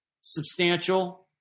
substantial